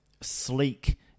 sleek